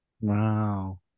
wow